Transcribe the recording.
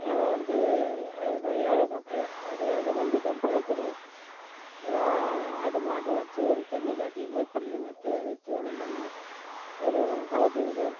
நாங்கள் வந்து அதுதான் ஏழை மக்கள் அதை அதை நம்பி தான் பிழைக்கிறோம் அதை ஆடு மாடு வெச்சு ஒரு தண்ணி காட்டிக்கின்னு புல்லு நட்டு அதுக்கு தீவனம் பண்ணி ஒரு போட்டுக்கின்னு